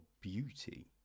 beauty